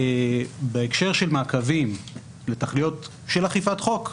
בהקשר של מעקבים לתכליות של אכיפת חוק,